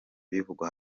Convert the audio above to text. bivugwa